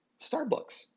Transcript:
Starbucks